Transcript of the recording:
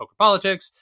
pokerpolitics